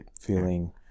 feeling